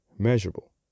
measurable